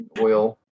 oil